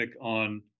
on